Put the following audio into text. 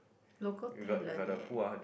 local talent leh